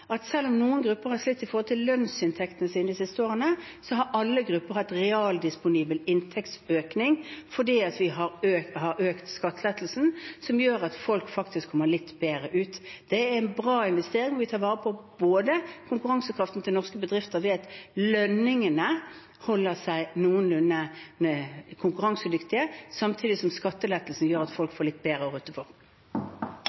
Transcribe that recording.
at selv om noen grupper har slitt når det gjelder lønnsinntektene sine de siste årene, har alle grupper hatt realdisponibel inntektsøkning fordi vi har økt skattelettelsen, noe som gjør at folk faktisk kommer litt bedre ut. Det er en bra investering. Vi tar vare på konkurransekraften til norske bedrifter ved at lønningene holder seg noenlunde konkurransedyktige, samtidig som skattelettelsen gjør at folk